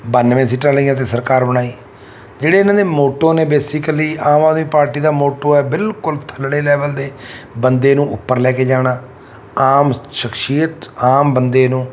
ਬੰਨਵੇਂ ਸੀਟਾਂ ਲਈਆਂ ਅਤੇ ਸਰਕਾਰ ਬਣਾਈ ਜਿਹੜੇ ਇਹਨਾਂ ਦੇ ਮੋਟੋ ਨੇ ਬੇਸਿਕਲੀ ਆਮ ਆਦਮੀ ਪਾਰਟੀ ਦਾ ਮੋਟੋ ਹੈ ਬਿਲਕੁਲ ਥੱਲੜੇ ਲੈਵਲ ਦੇ ਬੰਦੇ ਨੂੰ ਉੱਪਰ ਲੈ ਕੇ ਜਾਣਾ ਆਮ ਸ਼ਖਸੀਅਤ ਆਮ ਬੰਦੇ ਨੂੰ